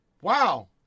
Wow